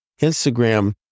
Instagram